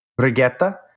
Brigetta